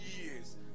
years